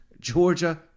Georgia